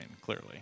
clearly